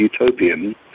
utopian